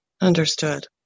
Understood